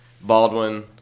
Baldwin